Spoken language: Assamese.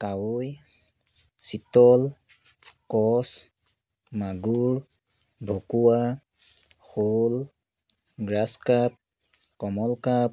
কাৱৈ চিতল কচ মাগুৰ ভকুৱা শ'ল গ্ৰাছ কাৰ্প কমন কাৰ্প